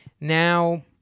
Now